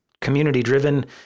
community-driven